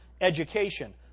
education